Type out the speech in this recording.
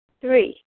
Three